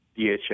DHS